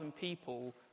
people